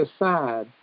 aside